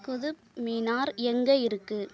குதுப் மினார் எங்கே இருக்கு